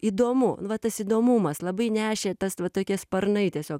įdomu nu va tas įdomumas labai nešė tas va tokie sparnai tiesiog